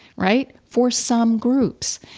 right, for some groups.